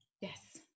Yes